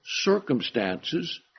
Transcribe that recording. circumstances